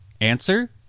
Answer